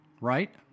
Right